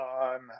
on